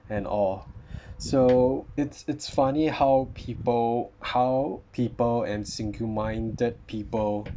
and all so it's it's funny how people how people and single minded people